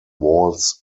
walls